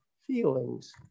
feelings